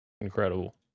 incredible